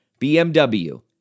BMW